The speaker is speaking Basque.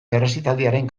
errezitaldiaren